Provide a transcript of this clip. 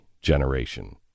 generation